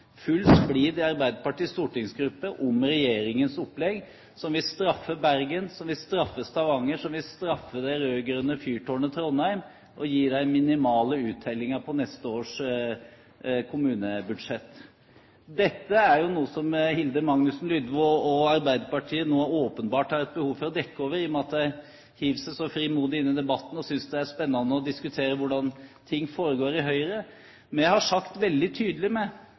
Arbeiderpartiets stortingsgruppe om regjeringens opplegg, som vil straffe Bergen, som vil straffe Stavanger, som vil straffe det rød-grønne fyrtårnet Trondheim, og gi dem minimale uttellinger på neste års kommunebudsjett. Dette er jo noe som Hilde Magnusson Lydvo og Arbeiderpartiet nå åpenbart har et behov for å dekke over, i og med at de hiver seg så frimodig inn i debatten og synes det er spennende å diskutere hvordan ting foregår i Høyre. Vi har sagt veldig tydelig